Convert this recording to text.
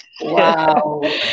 wow